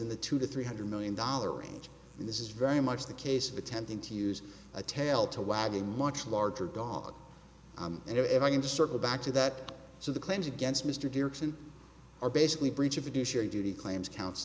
in the two to three hundred million dollar range and this is very much the case of attempting to use a tail to wag a much larger dog and if i can circle back to that so the claims against mr pearson are basically breach of reduce your duty claims counts